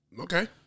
Okay